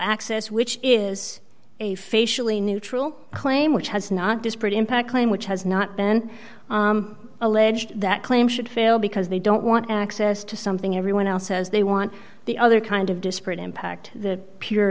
access which is a facially neutral claim which has not disparate impact claim which has not been alleged that claim should fail because they don't want access to something everyone else says they want the other kind of disparate impact pure